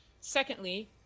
Secondly